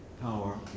power